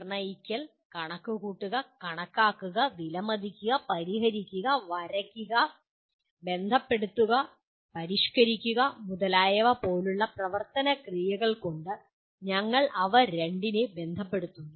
നിർണ്ണയിക്കൽ കണക്കുകൂട്ടുക കണക്കാക്കുക വിലമതിക്കുക പരിഹരിക്കുക വരയ്ക്കുക ബന്ധപ്പെടുത്തുക പരിഷ്ക്കരിക്കുക മുതലായവ പോലുള്ള പ്രവർത്തന ക്രിയകൾ കൊണ്ട് ഞങ്ങൾ അവ രണ്ടിനെ ബന്ധപ്പെടുത്തുന്നു